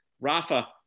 Rafa